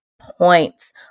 points